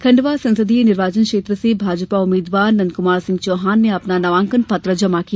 खंडवा संसदीय निर्वाचन क्षेत्र से भाजपा उम्मीद्वार नंदकुमार सिंह चौहान ने अपना नामांकन पत्र जमा किया